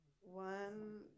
One